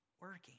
working